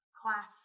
class